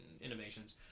innovations